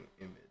image